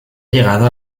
llegado